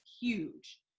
huge